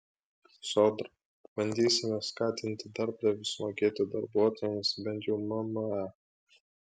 sodra bandysime skatinti darbdavius mokėti darbuotojams bent jau mma